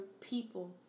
people